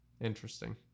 Interesting